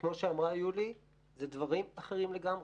כמו שאמרה יולי, אלה דברים אחרים לגמרי.